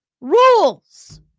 rules